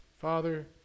Father